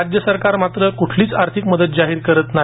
राज्य सरकार मात्र कुठलीच आर्थिक मदत जाहीर करीत नाही